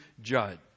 judge